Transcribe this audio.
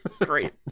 Great